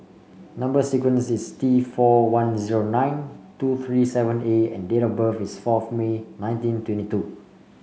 number sequence is T four one zero nine two three seven A and date of birth is fourth May nineteen twenty two